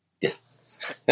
Yes